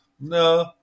No